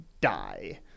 die